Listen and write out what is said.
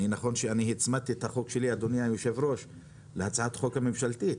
נכון שאני הצמדתי את החוק שלי להצעת החוק הממשלתית,